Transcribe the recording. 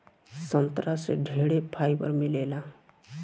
संतरा से ढेरे फाइबर मिलेला